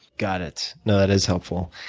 got it. no, that is helpful.